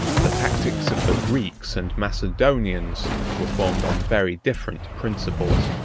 the tactics of the greeks and macedonians were formed on very different principles.